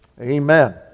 Amen